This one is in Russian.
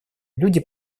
люди